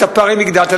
את הפערים הגדלת.